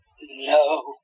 No